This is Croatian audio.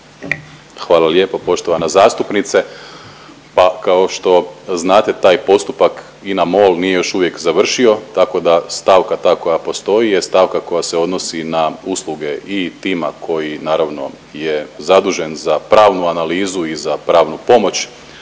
Hvala lijepo poštovana zastupnice. Pa kao što znate taj postupak INA-MOL nije još uvijek završio tako da stavka ta koja postoji je stavka koja se odnosi na usluge i tima koji naravno je zadužen za pravnu analizu i za pravnu pomoć